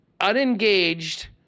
unengaged